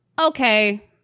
okay